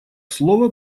слово